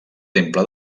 temple